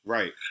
Right